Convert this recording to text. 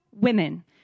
women